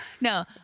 No